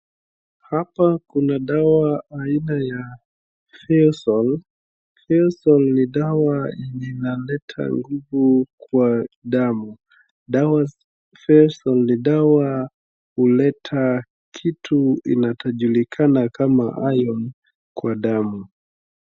Hapa kuna dawa aina ya Feosol. Feosol ni dawa yenye inaleta nguvu kwa damu. Feosol ni dawa huleta kitu inachojulikana kama iron kwa damu.